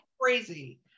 crazy